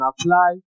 apply